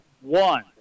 one